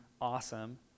awesome